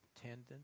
tendon